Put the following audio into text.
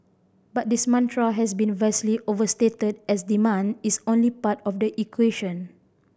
but this mantra has been vastly overstated as demand is only part of the equation